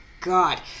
God